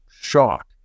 shock